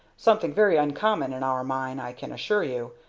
something very uncommon in our mine, i can assure you.